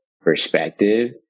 perspective